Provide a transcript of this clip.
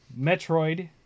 Metroid